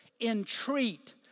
entreat